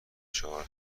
چهار